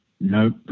Nope